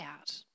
out